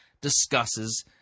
discusses